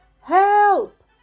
help